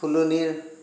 ফুলনিৰ